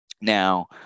Now